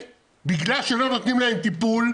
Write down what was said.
בגלל שלא נותנים להם טיפול,